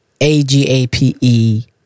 A-G-A-P-E